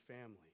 family